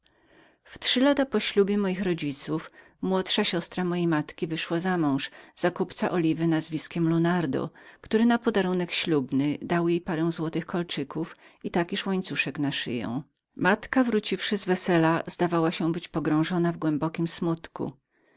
we trzy lata po ożenieniu mego ojca siostra młodsza mojej matki zaślubiła kupca oliwy nazwiskiem lunardo który na podarunek ślubny dał jej parę złotych kolczyków i takiż łańcuszek na szyję moja matka wróciwszy z wesela zdawała się być pogrążoną w głębokim smutku